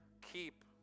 keep